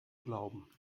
glauben